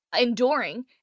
enduring